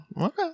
Okay